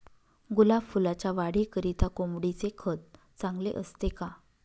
गुलाब फुलाच्या वाढीकरिता कोंबडीचे खत चांगले असते का?